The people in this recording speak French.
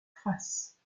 faces